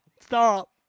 Stop